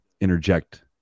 interject